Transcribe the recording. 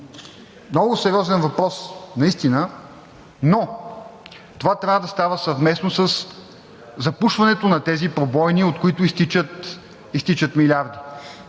много сериозен въпрос, наистина, но това трябва да става съвместно със запушването на тези пробойни, от които изтичат милиарди.